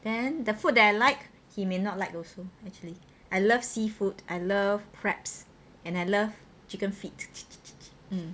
then the food that I like he may not like also actually I love seafood I love crabs and I love chicken feet